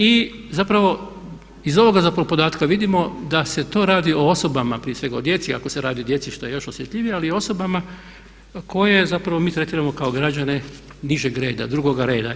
I zapravo iz ovog zapravo podatka vidimo da se to radi o osobama prije svega o djeci ako se radi o djeci što je još osjetljivije ali o osobama koje zapravo mi tretiramo kao građane nižeg reda, drugoga reda.